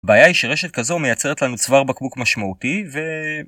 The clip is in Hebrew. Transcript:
הבעיה היא שרשת כזו מייצרת לנו צוואר בקבוק משמעותי, ו...